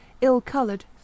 ill-coloured